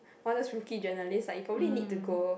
all those rookie journalist like you probably need to go